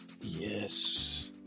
Yes